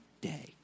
day